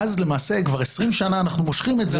ואז למעשה כבר 20 שנה אנחנו מושכים את זה